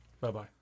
Bye-bye